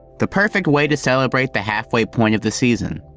the perfect way to celebrate the halfway point of the season.